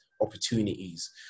opportunities